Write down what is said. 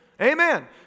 Amen